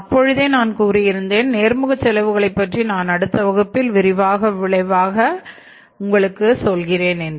அப்பொழுதே நான் கூறியிருந்தேன் நேர்முக செலவுகளைப் பற்றி நான் அடுத்த வகுப்பில் விரிவாகச் சொல்கிறேன் என்று